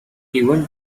even